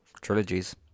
trilogies